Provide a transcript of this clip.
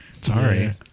Sorry